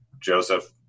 Joseph